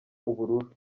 ubururu